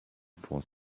for